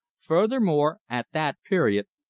furthermore, at that period,